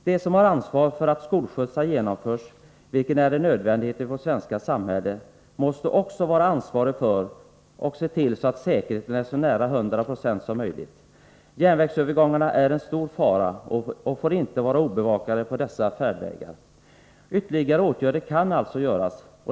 De som har ansvar för att skolskjutsar genomförs, vilket är en nödvändighet i vårt svenska samhälle, måste också vara ansvariga för säkerheten och se till att den är så nära hundra procent som möjligt. Järnvägsövergångar är en stor fara och får inte vara obevakade på dessa färdvägar. Ytterligare åtgärder kan alltså vidtas.